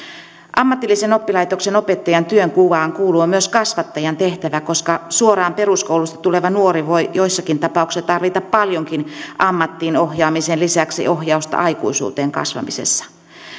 ammatillisen oppilaitoksen opettajan työnkuvaan kuuluu myös kasvattajan tehtävä koska suoraan peruskoulusta tuleva nuori voi joissakin tapauksissa tarvita ammattiin ohjaamisen lisäksi paljonkin ohjausta aikuisuuteen kasvamisessa